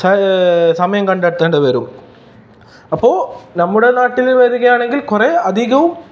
സ സമയം കണ്ടെത്തേണ്ടി വരും അപ്പോൾ നമ്മുടെ നാട്ടിൽ വരികയാണെങ്കിൽ കുറെ അധികവും